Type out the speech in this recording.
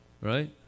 right